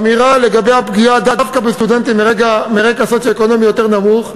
האמירה על הפגיעה דווקא בסטודנטים מרקע סוציו-אקונומי יותר נמוך,